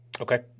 Okay